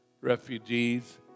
refugees